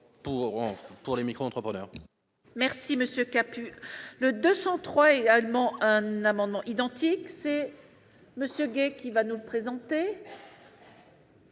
pour les micro-entrepreneurs.